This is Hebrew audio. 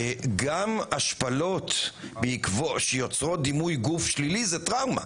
שגם השפלות שיוצרות דימוי גוף שלילי הן טראומה.